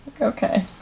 Okay